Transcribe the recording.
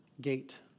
gate